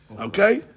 Okay